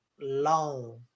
long